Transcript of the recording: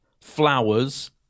Flowers